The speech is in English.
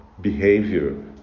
behavior